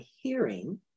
hearing